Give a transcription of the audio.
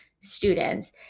students